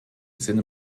sinne